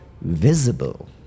visible